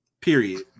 period